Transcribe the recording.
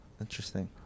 Interesting